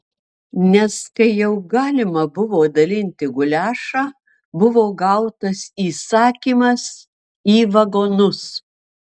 nes kai jau galima buvo dalinti guliašą buvo gautas įsakymas į vagonus